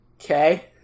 Okay